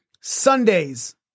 Sundays